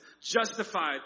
Justified